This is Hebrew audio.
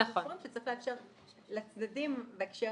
אנחנו סבורים שצריך לאפשר לצדדים בהקשר